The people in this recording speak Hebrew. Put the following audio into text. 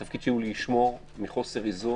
התפקיד שלי הוא לשמור מחוסר איזון,